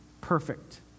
Perfect